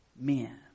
men